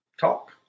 talk